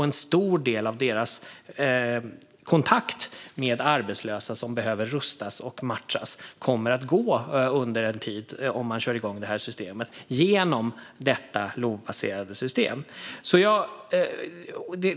En stor del av deras kontakt med arbetslösa som behöver rustas och matchas kommer under en tid att gå genom detta LOV-baserade system om man kör igång det.